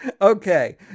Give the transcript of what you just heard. Okay